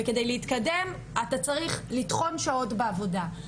וכדי להתקדם אתה צריך לטחון שעות בעבודה.